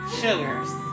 sugars